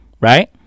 right